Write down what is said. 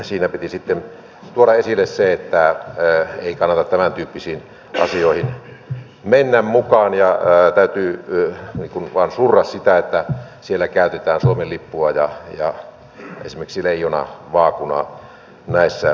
siinä piti sitten tuoda esille se että ei kannata tämäntyyppisiin asioihin mennä mukaan ja täytyy vain surra sitä että siellä käytetään suomen lippua ja esimerkiksi leijonavaakunaa näissä tämmöisissä mukana